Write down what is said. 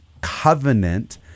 covenant